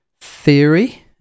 theory